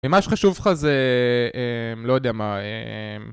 ומה שחשוב לך זה... לא יודע מה...